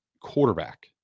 quarterback